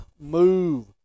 move